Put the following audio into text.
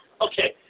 Okay